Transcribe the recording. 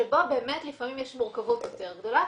שבו באמת לפעמים יש מורכבות יותר גדולה,